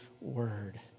word